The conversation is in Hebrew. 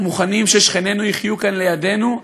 אנחנו מוכנים ששכנינו יחיו כאן לידנו,